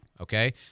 okay